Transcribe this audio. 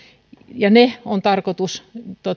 ja niitä on tarkoitus